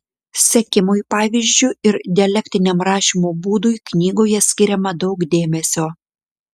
sekimui pavyzdžiu ir dialektiniam rašymo būdui knygoje skiriama daug dėmesio